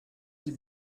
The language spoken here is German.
die